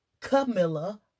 Camilla